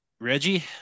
Reggie